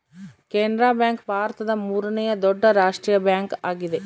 Canara bank ಭಾರತದ ಮೂರನೇ ದೊಡ್ಡ ರಾಷ್ಟ್ರೀಯ ಬ್ಯಾಂಕ್ ಆಗಿದೆ